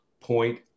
point